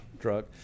drug